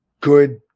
good